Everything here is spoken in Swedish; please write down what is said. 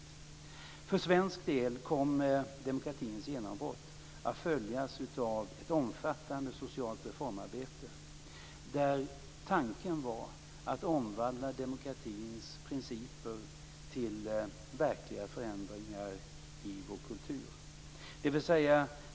För svensk del kom demokratins genombrott att följas av ett omfattande socialt reformarbete, där tanken var att omvandla demokratins principer till verkliga förändringar i vår kultur.